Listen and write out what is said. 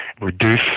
reduce